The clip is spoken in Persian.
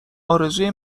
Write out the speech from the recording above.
ارزوی